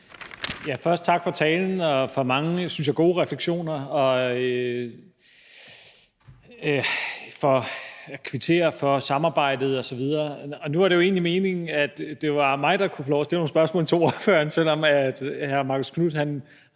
sige tak for talen og for mange, synes jeg, gode refleksioner og kvittere for samarbejdet osv. Nu er det jo egentlig meningen, at det er mig, der kan få lov at stille nogle spørgsmål til ordføreren, selv om hr. Marcus Knuth